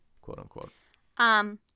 quote-unquote